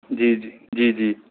जी जी